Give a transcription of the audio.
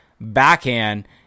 backhand